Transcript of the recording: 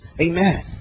Amen